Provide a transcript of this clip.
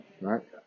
right